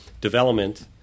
development